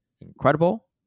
incredible